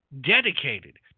dedicated –